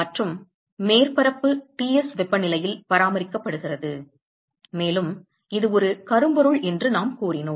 மற்றும் மேற்பரப்பு Ts வெப்பநிலையில் பராமரிக்கப்படுகிறது மேலும் இது ஒரு கரும்பொருள் என்று நாம் கூறினோம்